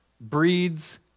breeds